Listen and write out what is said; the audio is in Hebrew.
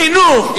חינוך,